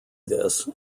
this